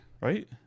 right